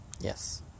yes